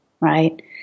right